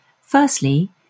Firstly